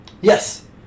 Yes